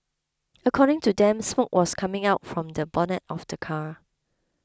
according to them smoke was coming out from the bonnet of the car